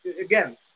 again